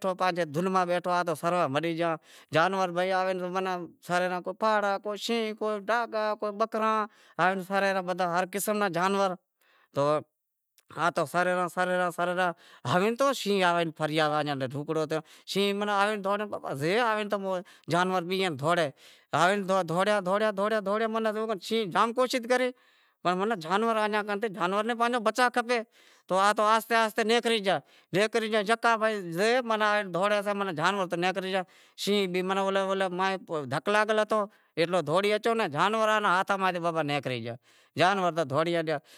تو آپری دھن ماہ بیٹھو تو بھلیں سروا مٹے زائیں۔ جانور تو آوے سرےیں، کو پھاڑا کو شیں، کو بکراں سریں رہا ہر قسم را جانور تو سریں رہیا سریں رہیا ہوے تو شینہں آوے فری، شینہں آوے دوڑیو تو زے آوے جانور بیہے دہوڑیں آوے دہوڑیا دہوڑیا دہوڑیا دہوڑیا شینہں جام کوشش کری پر جھالوا ناں ڈیں، جانوراں ناں پانجو بچا کھپے تو آہستے آہستے نیکری گیا، نیکری گیا، ڈے جاں دہوڑیں ماناں جانور تو نیکری گیا، شینہں تو ماناں دھک لاگل ہتو ایتو دہوڑی ناں ہگتو ماناں جانور ہاتھاں ماہ نیکری گیا۔